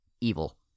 evil